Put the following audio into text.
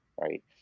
right